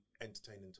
entertaining